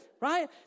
right